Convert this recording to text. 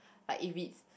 like if it's